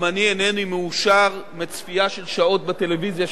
גם אני אינני מאושר מצפייה של שעות בטלוויזיה,